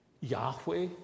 Yahweh